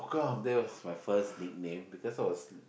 that was my first nickname because I was